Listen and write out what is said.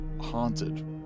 haunted